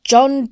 John